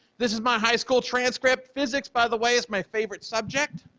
this is my high school transcript. physics, by the way, is my favorite subject,